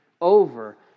Over